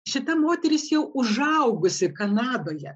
šita moteris jau užaugusi kanadoje